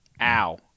Ow